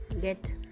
get